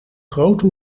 grote